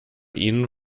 ihnen